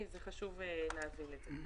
חשוב להבין את זה.